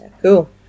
Cool